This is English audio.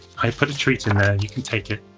i put a treat in there you can take it.